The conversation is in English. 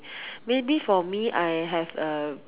maybe for me I have a